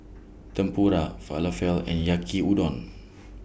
Tempura Falafel and Yaki Udon